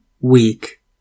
weak